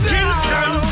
Kingston